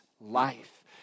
life